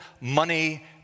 money